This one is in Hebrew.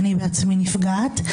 אני עצמי נפגעת.